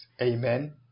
Amen